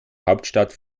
hauptstadt